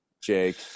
Jake